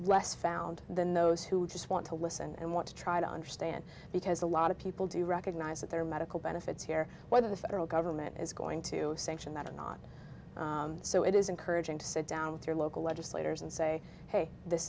less found than those who just want to listen and want to to try and because a lot of people do recognize that there are medical benefits here whether the federal government is going to sanction that or not so it is encouraging to sit down with your local legislators and say hey this